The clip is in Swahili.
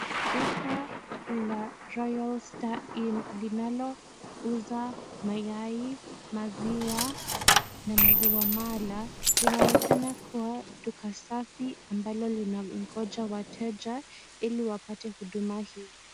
Duka la ROYAL STARINN linalouza mayai, maziwa na maziwa mala. Linaonekana kuwa duka safi ambalo linangoja wateja ili wapate huduma hii.